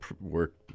work